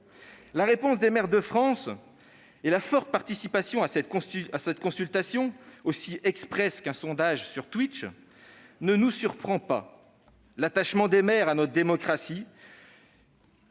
La réponse des maires de France et la forte participation à cette consultation, aussi expresse qu'un sondage sur Twitch, ne nous surprennent pas. L'attachement des maires à notre démocratie